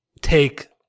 take